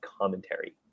commentary